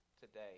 today